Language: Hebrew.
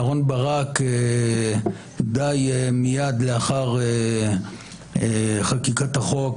אהרון ברק די מייד לאחר חקיקת החוק,